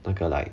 那个 like